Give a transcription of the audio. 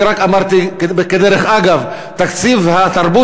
אני רק אמרתי כדרך אגב: תקציב התרבות